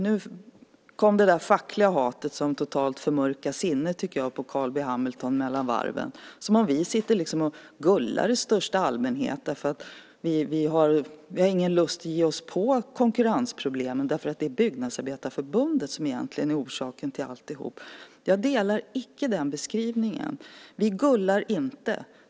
Nu kom det där fackliga hatet, som jag tycker totalt förmörkar sinnet på Carl B Hamilton mellan varven, som om vi liksom sitter och gullar i största allmänhet därför att vi inte har någon lust att ge oss på konkurrensproblemen därför att det egentligen är Byggnadsarbetareförbundet som är orsaken till alltihop. Jag delar icke den beskrivningen. Vi gullar inte.